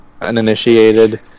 uninitiated